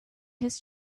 his